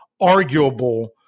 arguable